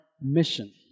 mission